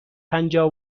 پنجاه